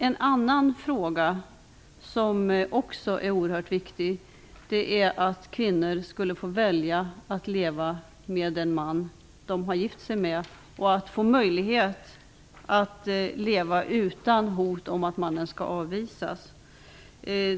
En annan fråga, som också är oerhört viktig, är att kvinnor skall få välja att leva med den man de har gift sig med och få möjlighet att leva utan hot om att mannen skall avvisas.